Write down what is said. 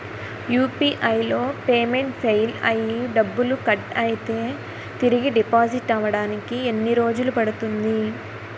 UPI లో payment fail అయ్యి డబ్బులు కట్ అయితే తిరిగి డిపాజిట్ అవ్వడానికి ఎన్ని రోజులు పడుతుంది?